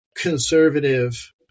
conservative